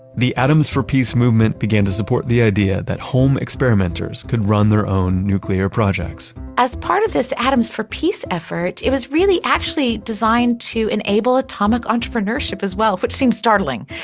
the atoms for peace movement began to support the idea that home experimenters could run their own nuclear projects as part of this atoms for peace effort, it was really actually designed to enable atomic entrepreneurship as well, which seems startling.